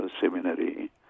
seminary